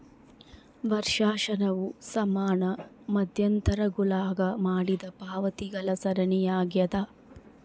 ವರ್ಷಾಶನವು ಸಮಾನ ಮಧ್ಯಂತರಗುಳಾಗ ಮಾಡಿದ ಪಾವತಿಗಳ ಸರಣಿಯಾಗ್ಯದ